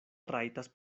rajtas